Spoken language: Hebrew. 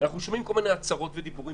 אנחנו שומעים כל מיני הצהרות ודיבורים,